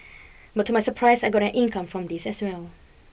but to my surprise I got an income from this as well